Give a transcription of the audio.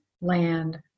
land